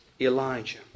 Elijah